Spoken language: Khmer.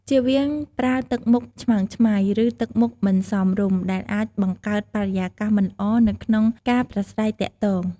ចៀសវាងប្រើទឹកមុខឆ្មើងឆ្មៃ ឬ ទឹកមុខមិនសមរម្យដែលអាចបង្កើតបរិយាកាសមិនល្អនៅក្នុងការប្រាស្រ័យទាក់ទង។